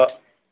hello